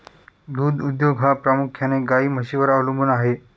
दूध उद्योग हा प्रामुख्याने गाई म्हशींवर अवलंबून आहे